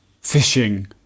fishing